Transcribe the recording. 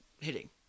hitting